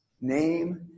name